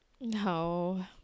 No